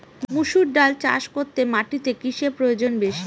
মুসুর ডাল চাষ করতে মাটিতে কিসে প্রয়োজন বেশী?